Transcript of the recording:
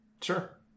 Sure